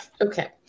okay